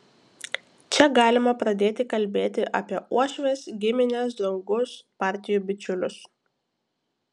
čia galima pradėti kalbėti apie uošves gimines draugus partijų bičiulius